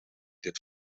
dit